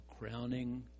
Crowning